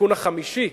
בתיקון החמישי,